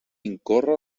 incórrer